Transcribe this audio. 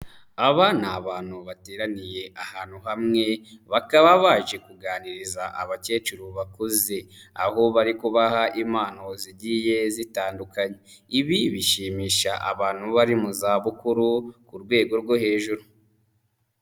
Aba ni abantu bateraniye ahantu hamwe, bakaba baje kuganiriza abakecuru bakuze. Aho bari kubaha impano zigiye zitandukanye. Ibi bishimisha abantu bari mu zabukuru ku rwego rwo hejuru.